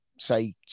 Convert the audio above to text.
say